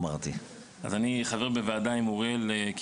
הייתי חבר בוועדת התכנון והבנייה בעיריית פתח תקוה עם אריאל.